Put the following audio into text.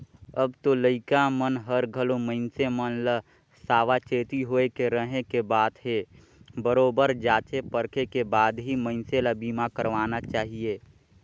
अब तो लइका मन हर घलो मइनसे मन ल सावाचेती होय के रहें के बात हे बरोबर जॉचे परखे के बाद ही मइनसे ल बीमा करवाना चाहिये